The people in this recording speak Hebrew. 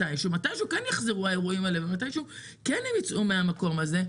מתישהו כן יחזרו האירועים האלה ומתישהו כן הם ייצאו מהמקום הזה.